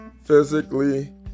physically